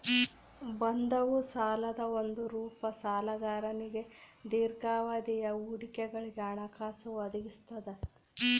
ಬಂಧವು ಸಾಲದ ಒಂದು ರೂಪ ಸಾಲಗಾರನಿಗೆ ದೀರ್ಘಾವಧಿಯ ಹೂಡಿಕೆಗಳಿಗೆ ಹಣಕಾಸು ಒದಗಿಸ್ತದ